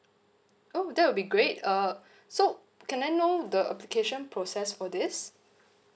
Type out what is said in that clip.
oh that would be great uh so can I know the application process for this